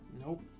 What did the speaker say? Nope